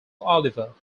oliver